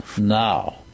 Now